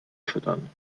füttern